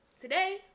today